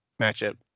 matchup